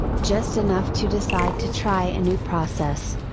just enough to decide to try a new process.